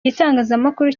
gitangazamakuru